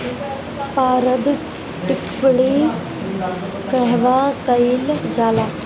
पारद टिक्णी कहवा कयील जाला?